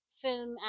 film